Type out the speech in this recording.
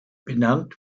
benannt